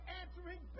answering